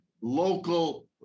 local